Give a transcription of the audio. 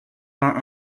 vingt